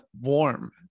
warm